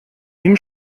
ihm